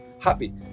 happy